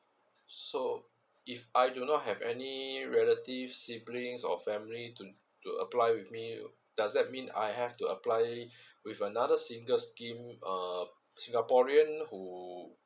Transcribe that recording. so if I do not have any relatives siblings or family to do apply with me does that mean I have to apply with another single scheme uh singaporean who